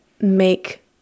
make –